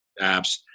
apps